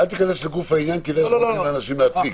אל תיכנס לגוף העניין כי ניתן לאנשים להציג.